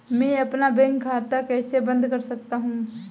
मैं अपना बैंक खाता कैसे बंद कर सकता हूँ?